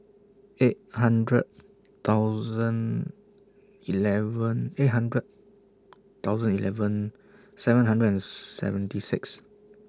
eight hundred thousand eleven eight hundred thousand eleven seven hundred and seventy six